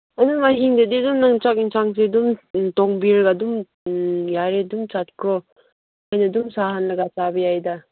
ꯑꯗꯨꯝ ꯑꯍꯤꯡꯗꯗꯤ ꯑꯗꯨꯝ ꯅꯪ ꯆꯥꯛ ꯑꯦꯟꯁꯥꯡꯁꯨ ꯊꯣꯡꯕꯤꯔꯒ ꯑꯗꯨꯝ ꯌꯥꯔꯦ ꯑꯗꯨꯝ ꯆꯠꯈ꯭ꯔꯣ ꯑꯩꯅ ꯑꯗꯨꯝ ꯁꯍꯜꯂꯒ ꯆꯥꯕ ꯌꯥꯏꯗ